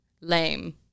Lame